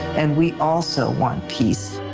and we also want peace